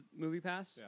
MoviePass